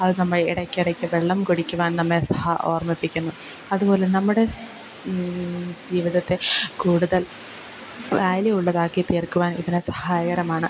അത് നമ്മള് ഇടയ്ക്കിടയ്ക്ക് വെള്ളം കുടിക്കുവാൻ നമ്മെ ഓർമിപ്പിക്കുന്നു അതുപോലെ നമ്മുടെ ജീവിതത്തെ കൂടുതൽ വാല്യു ഉള്ളതാക്കി തീർക്കുവാൻ ഇത്തരം സഹായകരമാണ്